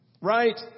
Right